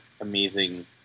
amazing